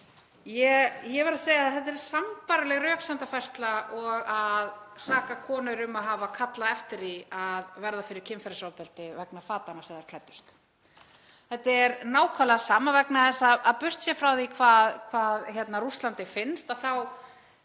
Ég verð að segja að þetta er sambærileg röksemdafærsla og að saka konur um að hafa kallað eftir því að verða fyrir kynferðisofbeldi vegna fatanna sem þær klæddust. Þetta er nákvæmlega sama vegna þess að burt séð frá því hvað Rússlandi finnst þá